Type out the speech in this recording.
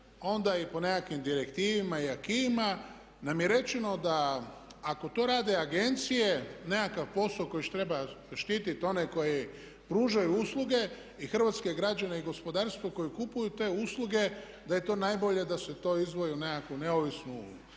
onda i po nekakvim direktivama i acquis nam je rečeno da ako to rade agencije nekakav posao koji treba štiti one koji pružaju usluge i hrvatske građane i gospodarstvo koji kupuju te usluge da je to najbolje da se to izdvoji u nekakvu neovisnu